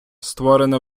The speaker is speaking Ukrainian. створена